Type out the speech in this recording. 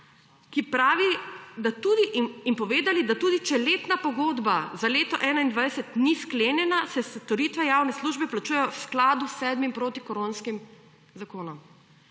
ki pravi, da tudi in povedali, da tudi če letna pogodba za leto 2021 ni sklenjena, se storitve javne službe plačujejo v skladu s sedmim protikoronskim zakonom.